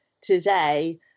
today